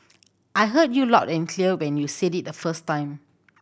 I heard you loud and clear when you said it the first time